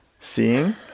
seeing